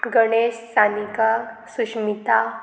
Ganesh Sanika Sushmita